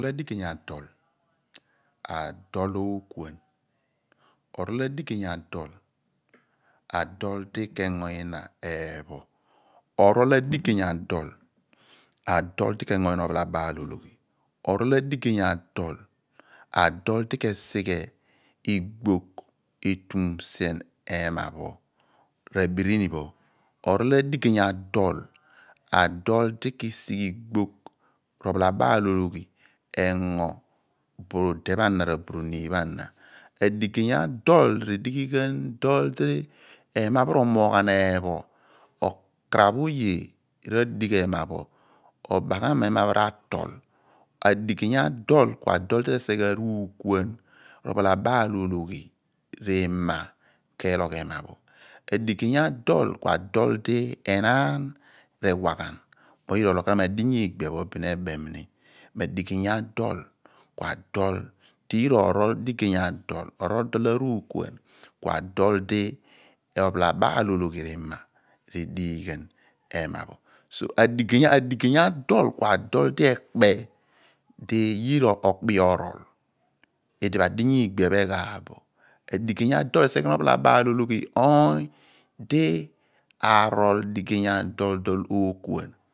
R'adigey adol adol ookuan orol adigey adol po adol di ke engo nyina eepho orol adigey adol po adol d k'engo nyin ophalabaal ologhi orol adigey adol po adol di k'esigey igbogh etumom sien ehma pho r'abirini pho orol adigey adol po adol di ke sighe igbogh r'ophalabaal ologhi engo burude pho ana r'ooniin pho ano adigey r'edighan dol di ehma pho romoogh ghan eepho okaraph oye ra/digh ehma pho obaghama ehma pho ra/tol adigey adol ku adol di resighe ghan ruukuan r'ophalabaal ologhi r'ime ke elogh ehma pho adigey adol ku adol ghalamo adinya ilgbia pho bin ebem ni mo adigey adol ku edi yira orol r'adol aruukuan r'ima redighan ehma pho so adigey adol ku adol di yira okpoe orol idiphe adinya igbia pho eyhaaph booni mo adigey adol resighe ghan ni oony di arol digey adol dol ookuan